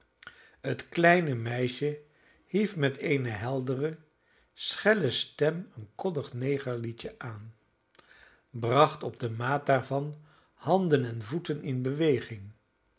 het kleine meisje hief met eene heldere schelle stem een koddig negerliedje aan bracht op de maat daarvan handen en voeten in beweging